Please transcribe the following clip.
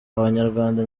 abanyarwanda